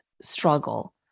struggle